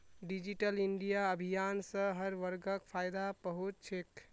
digital India अभियान स हर वर्गक फायदा पहुं च छेक